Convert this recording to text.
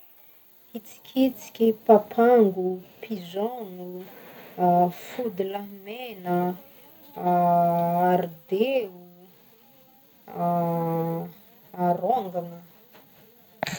Hitsikitsiky, papango, pigeon gno, fody lahy mena, ardeo, arongagna.